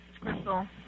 Crystal